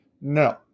no